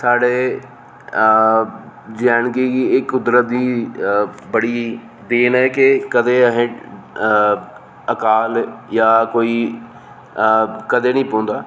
साढ़े जे ऐंड के गी एह् कुदरत दी बड़ी देन ऐ कि कदें अहें अकाल जां कोई कदें नेईं पौंदा